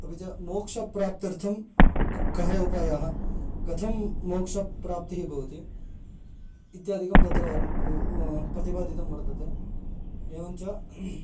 अपि च मोक्षप्राप्त्यर्थं कः उपायाः कथं मोक्षप्राप्तिः भवति इत्यादिकं तत्र वर्णनं प्रतिपादितं वर्तते एवञ्च